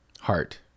Heart